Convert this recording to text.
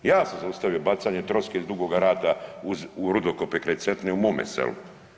Ja sam zaustavio bacanje troske iz Dugoga Rata u Rudokope kraj Cetine u mome selu.